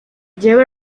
lleva